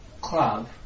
club